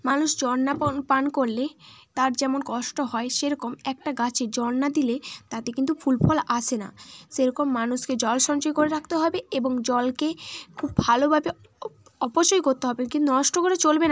মানুষ জল না পন পান করলে তার যেমন কষ্ট হয় সেরকম একটা গাছে জল না দিলে তাতে কিন্তু ফুলফল আসে না সেরকম মানুষকে জল সঞ্চয় করে রাখতে হবে এবং জলকে খুব ভালোভাবে অপ অপচয় করতে হবে কিন্তু নষ্ট করা চলবে না জল একদমই